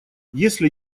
если